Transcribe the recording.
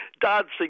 dancing